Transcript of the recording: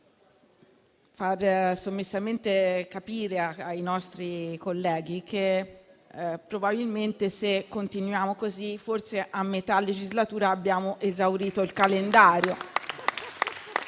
far sommessamente capire ai nostri colleghi che, probabilmente, se continuiamo così, forse a metà legislatura avremo esaurito il calendario.